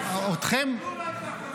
אתכם ------ כלום לא הצלחתם